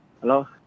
Hello